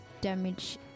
damage